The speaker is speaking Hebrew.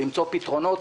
למצוא פתרונות,